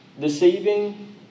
deceiving